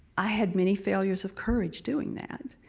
i had many failures of courage doing that,